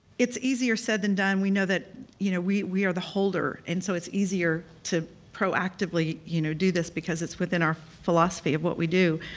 it's easier said than done, we know that you know we we are the holder, and so it's easier to proactively you know do this because it's within our philosophy of what we do,